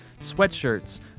sweatshirts